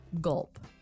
Gulp